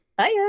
Hiya